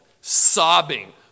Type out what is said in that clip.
sobbing